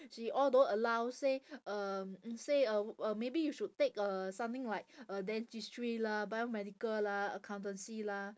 she all don't allow say um say uh uh maybe you should take uh something like uh dentistry lah biomedical lah accountancy lah